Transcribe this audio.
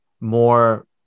more